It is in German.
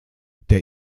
der